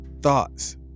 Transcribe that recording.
thoughts